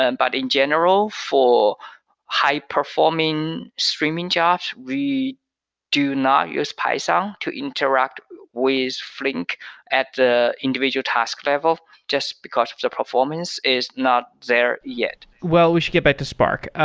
and but in general, for high-performing streaming jobs, we do not use python to interact with flink at the individual task level just because of the performance is not there yet. well, we should get back to spark.